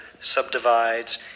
subdivides